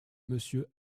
monsieur